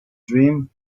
dream